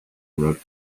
wrote